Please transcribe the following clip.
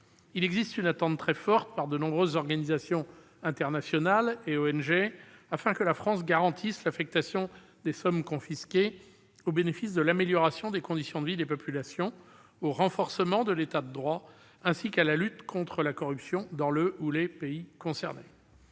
Il existe une attente très forte de nombreuses organisations internationales et ONG, afin que la France garantisse l'affectation des sommes confisquées au bénéfice de l'amélioration des conditions de vie des populations, au renforcement de l'État de droit, ainsi qu'à la lutte contre la corruption dans le ou les pays concernés.